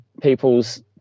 people's